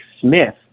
Smith